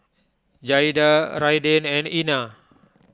Jaeda Araiden and Ena